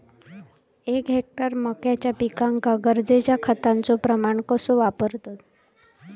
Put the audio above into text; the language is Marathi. एक हेक्टर मक्याच्या पिकांका गरजेच्या खतांचो प्रमाण कसो वापरतत?